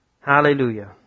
Hallelujah